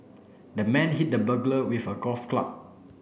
the man hit the burglar with a golf club